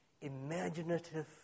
imaginative